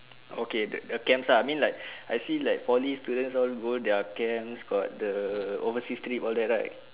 okay the the camps ah I mean like I see like poly students all go their camps got the overseas trip all that right